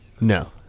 no